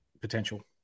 potential